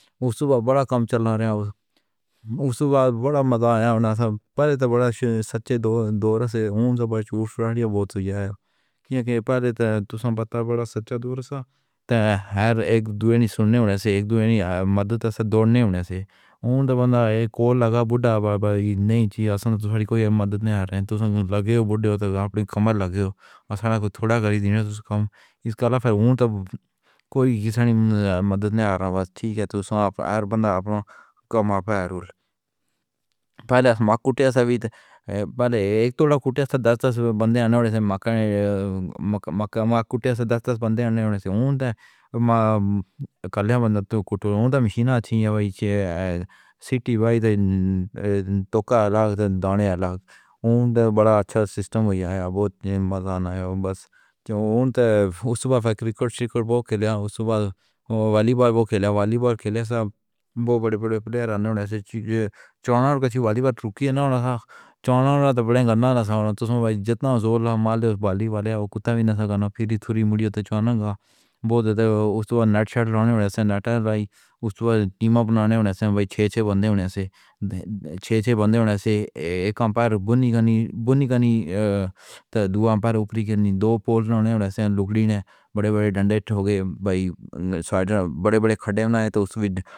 اوصفت بڑا کم چلنا رہا ہوں۔ اوس وقت بڑا مزا نہیں آیا اپنے ساتھ پہلے سے بڑا سچے دور سے ہوں۔ مجھے بہت سوچ آئی ہے کہ پہلے تو بتایا بڑا سچا دور تھا تاہم ہر ایک دوسری سننیوں سے یکدوسری مدد سے دوڑنے سے وہاں تا ہم نے کہا لگا بودھا بابا نہیں چاہیے، کوئی مدد نہیں کر رہا ہے تو لگے بودھے ہو تو آپ کی کمر لگی ہو اور ثانا کو تھوڑا کر دیں گے تو اس کا کوئی کسی کی مدد نہیں آنا ٹھیک ہے تو آپ اور بندہ آپ کا ماں باپ ہے اور پہلے ہمارے کٹے سبھی پہلے ایک تھوڑا کٹے تھے دس دس بن دے آں نے مکھن مک ماکوٹے سے دس دس بن دے آں نے کہا ہمارا کلین بند تھا، کچرے ہوتے مشینات ہیں یا سی ٹی وی تے تو کہا لگ دھونے لگ بڑا اچھا سسٹم ہوا یا بوت مذاان آیا بس تو اس وقت کرکٹ کرکٹ بہت کھیلے ہیں۔ وس وقت والی بال بھی کھیلی ہے والی بال کھیلیں سب بہت بڑے بڑے پلئیر آنے والے چنار کی والی باہر رکھی جانا تھا چنا والا بڑے گنا ثانا تو بھائی جتنا زور مال بالی والیا کو کتا بھی نہ سکتا پھری تھری مڈی تے چنکا بہت اوس وقت نٹ شاٹر انڈیا سے نیٹر رائے اس وقت ٹیم اپ نہیں آتی کہ چھ چھ بنے ہوئے تھے چھ چھ بنے ہوئے تھے کامپائر بونی کا نہیں بونی کا نہیں دُعا پھر اوپری کے دو پول نہیں ہوتے تھے لوک دی نے بڑے بڑے ڈنڈے ہوگئے بائی سوائٹر بڑے بڑے کھڈے میں نہیں تو اس میں ۔